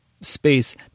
space